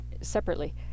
separately